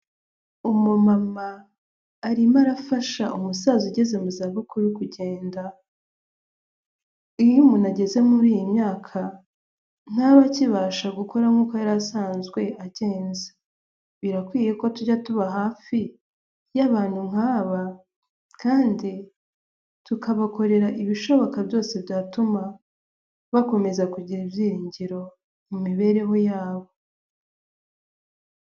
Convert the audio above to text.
Umumama arimo arafasha umusaza ugeze mu zabukuru kugenda, iyo umuntu ageze muri iyi myaka ntaba akibasha gukora nk'uko yari asanzwe agenza, birakwiye ko tujya tuba hafi y'abantu nk'aba kandi tukabakorera ibishoboka byose byatuma bakomeza kugira ibyiringiro mu mibereho yabo.